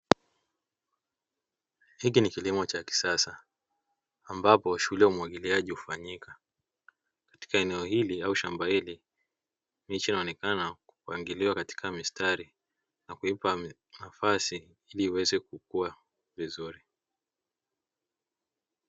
Hiki ni kilimo cha kisasa ambapo shughuli ya umwagiliaji hufanyika, katika eneo hili au shamba hili miche inaonekana kupangiliwa katika mistari, na kuipa nafasi ili iweze kukua vizuri.